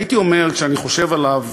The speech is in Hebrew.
הייתי אומר, כשאני חושב עליו,